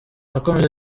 yakomeje